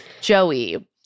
Joey